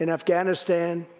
and afghanistan,